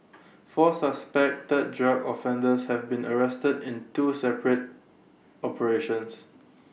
four suspected drug offenders have been arrested in two separate operations